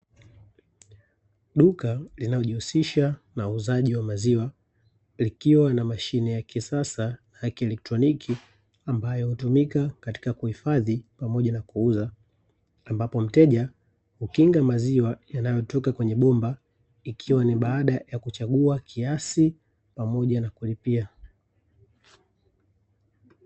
Duka linalojihusisha na uuzaji wa maziwa likiwa na mashine ya kisasa ya kielektroniki, ambayo hutumika katika kuhifadhi pamoja na kuuza ambapo mteja hukinga maziwa yanayotoka kwenye bomba ikiwa ni baada ya kuchagua kiasi pamoja na kulipia.